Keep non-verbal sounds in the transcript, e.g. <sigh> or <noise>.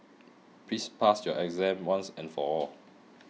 please pass your exam once and for all <noise>